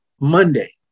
Monday